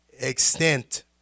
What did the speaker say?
extent